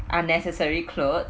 unnecessary clothes